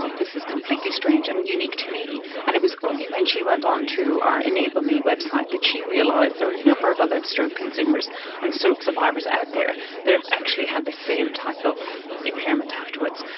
this is completely strange and unique to me, and it was only when she went on to our enable me website that she realised there were a number of other stroke consumers and stroke survivors out there that have actually had the same type of impairment afterwards.